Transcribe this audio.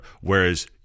whereas